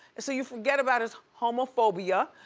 so you forget about his homophobia,